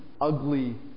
ugly